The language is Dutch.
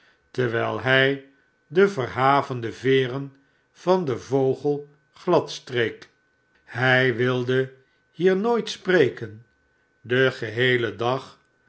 terwijl hij de verhavende veeren van den vogel gladstreek hij wil hier nooit spreken den geheelen dag